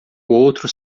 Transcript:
outro